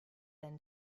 been